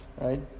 Right